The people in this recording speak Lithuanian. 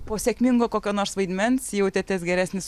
po sėkmingo kokio nors vaidmens jautėtės geresnis